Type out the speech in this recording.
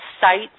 site